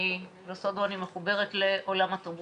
אני מחוברת לעולם התרבות,